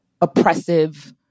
oppressive